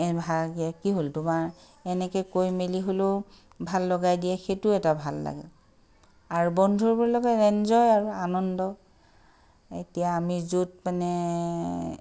এভাগে কি হ'ল তোমাৰ এনেকে কৈ মেলি হ'লেও ভাল লগাই দিয়ে সেইটোও এটা ভাল লাগে আৰু বন্ধু বুলি ক'লে এনজয় আৰু আনন্দ এতিয়া আমি য'ত মানে